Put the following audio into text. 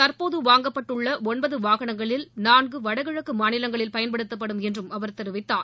தற்போது வாங்கப்பட்டுள்ள ஒன்பது வாகனங்களில் மாநிலங்களில் நான்கு வடகிழக்கு பயன்படுத்தப்படும் என்றும் அவர் தெரிவித்தார்